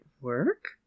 work